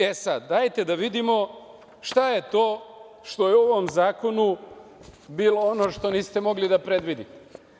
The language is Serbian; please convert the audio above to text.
E, sad, dajte da vidimo šta je to što je u ovom zakonu bilo ono što niste mogli da predvidite.